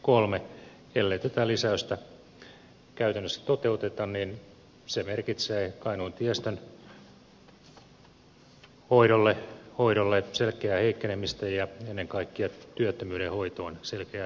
ellei tätä lisäystä käytännössä toteuteta se merkitsee kainuun tiestön hoidolle selkeää heikkenemistä ja ennen kaikkea työttömyyden hoitoon selkeää heikkenemistä